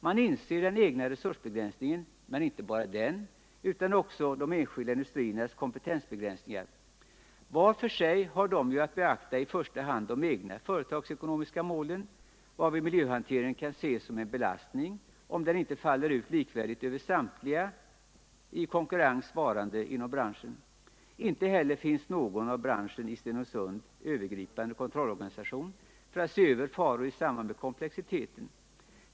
Man inser den egna resursbegränsningen, men inte bara den, utan också de enskilda industriernas kompetensbegränsningar. Var för sig har de att beakta i första hand de egna företagsekonomiska målen, varvid miljöhanteringen kan ses som en belastning om den inte faller ut likvärdigt över samtliga i konkurrens varande företag i branschen. Inte heller finns någon övergripande kontrollorganisation för branschen i Stenungsund som kan se över faror i samband med komplexiteten.